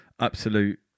absolute